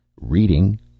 Reading